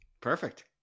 perfect